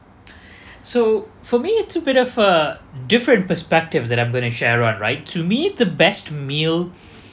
so for me it's a bit of uh different perspective that I'm gonna share out right to me the best meal